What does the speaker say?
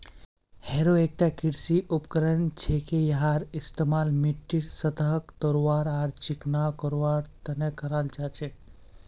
harrow एकता कृषि उपकरण छिके यहार इस्तमाल मिट्टीर सतहक तोड़वार आर चिकना करवार तने कराल जा छेक